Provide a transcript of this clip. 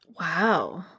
Wow